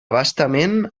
bastament